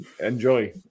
Enjoy